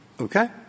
Okay